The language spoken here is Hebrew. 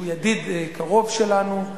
שהוא ידיד קרוב שלנו,